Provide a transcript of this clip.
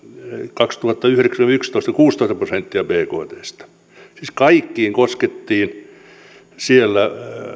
kaksituhattayhdeksän viiva kaksituhattayksitoista kuusitoista prosenttia bktsta siis kaikkiin koskettiin siellä